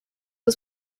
was